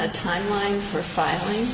a timeline for filing